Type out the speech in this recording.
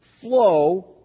flow